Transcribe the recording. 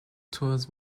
tours